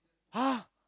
!huH!